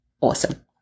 awesome